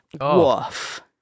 Woof